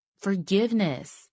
Forgiveness